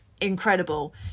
incredible